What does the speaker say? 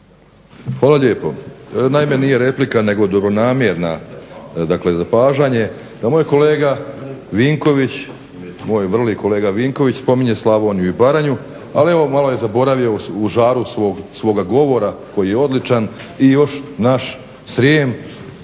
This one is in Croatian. Hvala lijepa. Naime, nije replika nego dobronamjerna dakle zapažanje da moj kolega Vinković, moj vrli kolega Vinković spominje Slavoniju i Baranju. Ali evo malo je zaboravio u žaru svoga govora koji je odličan i još naš Srijem